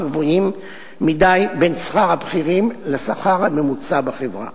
גבוהים מדי בין שכר הבכירים לשכר הממוצע בחברה.